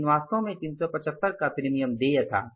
लेकिन वास्तव में 375 का प्रीमियम देय था